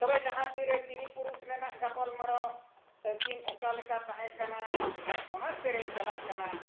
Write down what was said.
ᱛᱚᱵᱮ ᱡᱟᱦᱟᱸ ᱛᱤᱨᱮ ᱛᱤᱨᱤ ᱯᱩᱨᱩᱥ ᱨᱮᱱᱟᱜ ᱜᱟᱯᱟᱞᱢᱟᱨᱟᱣ ᱟᱹᱠᱤᱱ ᱚᱠᱟ ᱞᱮᱠᱟ ᱛᱟᱦᱮᱸ ᱠᱟᱱᱟ ᱟᱨ ᱚᱱᱟ ᱥᱮᱨᱮᱧ ᱪᱟᱞᱟᱜ ᱠᱟᱱᱟ